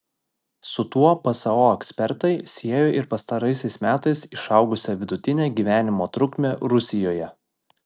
su tuo pso ekspertai siejo ir pastaraisiais metais išaugusią vidutinę gyvenimo trukmę rusijoje